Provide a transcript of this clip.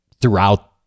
throughout